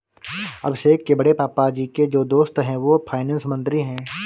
अभिषेक के बड़े पापा जी के जो दोस्त है वो फाइनेंस मंत्री है